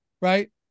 right